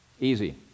Easy